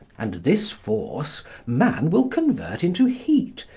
and this force man will convert into heat,